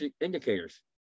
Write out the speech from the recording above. indicators